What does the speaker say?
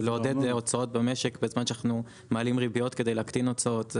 לעודד הוצאות במשק בזמן שאנחנו מעלים ריביות כדי להקטין הוצאות.